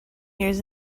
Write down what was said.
years